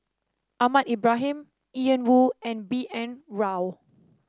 Ahmad Ibrahim Ian Woo and B N Rao